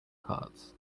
carts